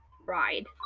Ride